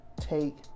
take